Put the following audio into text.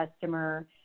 customer